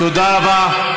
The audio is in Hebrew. יש גבול לציניות.